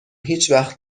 هیچوقت